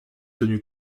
tenu